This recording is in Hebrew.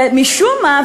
ומשום מה,